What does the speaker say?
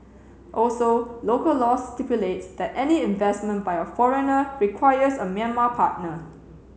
also local laws stipulate that any investment by a foreigner requires a Myanmar partner